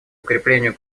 укреплению